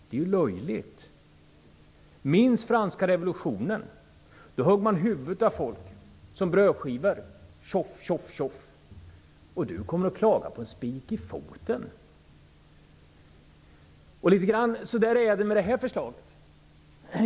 Det är ju löjligt! Minns franska revolutionen! Då högg man huvudena av folk som om de varit brödskivor -- tjoff, tjoff, tjoff! Och du kommer och klagar över en spik i foten!